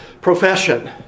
profession